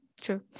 true